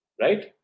Right